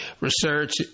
research